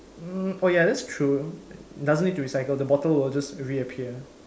mm oh ya that's true doesn't need to recycle the bottle will just reappear